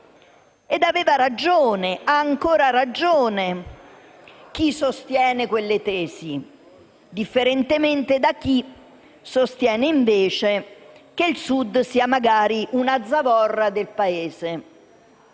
Aveva ragione e ha ancora ragione chi sostiene quelle tesi, differentemente da chi sostiene invece che il Sud sia magari una zavorra per il Paese.